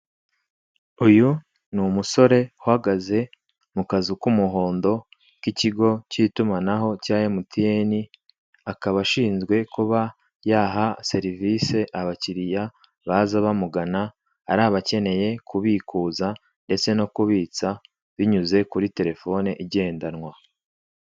Uyu ni umusore uhagaze mu kazu k'umuhondo k'ikigo cy'itumanaho cya emutyeni, akaba shinzwe kuba yaha serivise abakiriya baza bamugana, ari abakeneye kubikuza ndetse no kubitsa binyuze kuri telefone igendanwa.